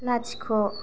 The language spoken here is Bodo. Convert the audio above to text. लाथिख'